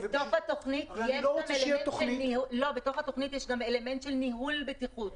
בתוך התוכנית יש גם אלמנט של ניהול בטיחות,